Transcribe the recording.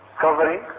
Covering